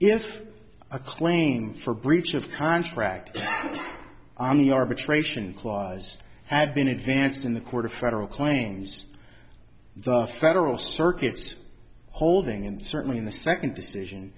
if a claim for breach of contract on the arbitration clause had been advanced in the court of federal claims the federal circuit's holding and certainly in the second decision